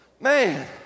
Man